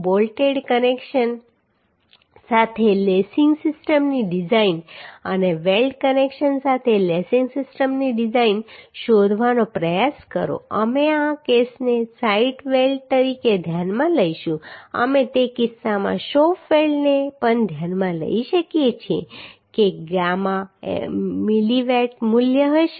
bolted connection સાથે lacing સિસ્ટમની design અને વેલ્ડ કનેક્શન સાથે લેસિંગ સિસ્ટમની ડિઝાઇન શોધવાનો પ્રયાસ કરો અમે આ કેસને સાઇટ વેલ્ડ તરીકે ધ્યાનમાં લઈશું અમે તે કિસ્સામાં શોપ વેલ્ડને પણ ધ્યાનમાં લઈ શકીએ છીએ કે ગામા mw મૂલ્ય હશે